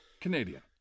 Canadian